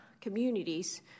communities